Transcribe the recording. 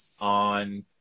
on